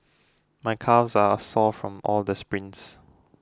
my calves are sore from all the sprints